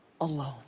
alone